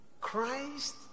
Christ